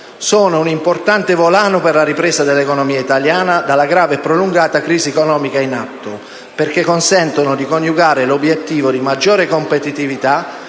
sono un importante volano per la ripresa dell'economia italiana dalla grave e prolungata crisi economica in atto, perché consentono di coniugare l'obiettivo di maggiore competitività